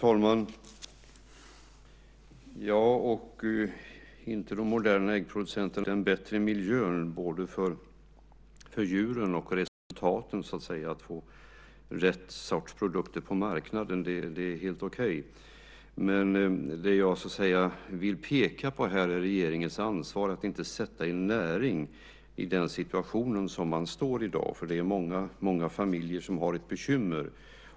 Herr talman! Varken jag eller de moderna äggproducenterna är mot den bättre miljön både för djuren och för så att säga resultaten, alltså att få rätt sorts produkter på marknaden. Det är helt okej. Det som jag vill peka på är regeringens ansvar att inte sätta en näring i den situation som den befinner sig i i dag. Det är många familjer som har ett bekymmer.